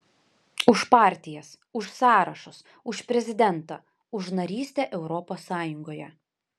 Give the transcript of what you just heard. už partijas už sąrašus už prezidentą už narystę europos sąjungoje